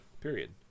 Period